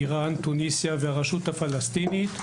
איראן והרשות הפלסטינית.